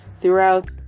throughout